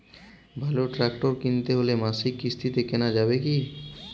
ভালো ট্রাক্টর কিনতে হলে মাসিক কিস্তিতে কেনা যাবে কি?